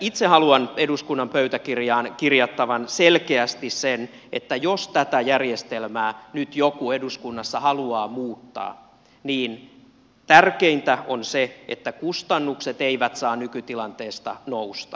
itse haluan eduskunnan pöytäkirjaan kirjattavan selkeästi sen että jos tätä järjestelmää nyt joku eduskunnassa haluaa muuttaa niin tärkeintä on se että kustannukset eivät saa nykytilanteesta nousta